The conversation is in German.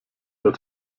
der